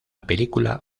película